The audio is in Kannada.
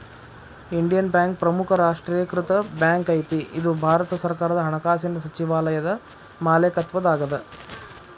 ಇಂಡಿಯನ್ ಬ್ಯಾಂಕ್ ಪ್ರಮುಖ ರಾಷ್ಟ್ರೇಕೃತ ಬ್ಯಾಂಕ್ ಐತಿ ಇದು ಭಾರತ ಸರ್ಕಾರದ ಹಣಕಾಸಿನ್ ಸಚಿವಾಲಯದ ಮಾಲೇಕತ್ವದಾಗದ